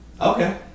Okay